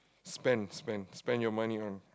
spend spend spend your money on